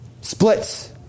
Splits